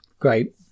great